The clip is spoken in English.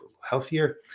healthier